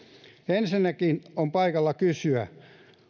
ensinnäkin on paikallaan kysyä